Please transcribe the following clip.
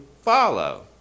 follow